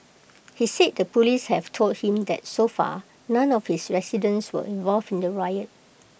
he said the Police have told him that so far none of his residents were involved in the riot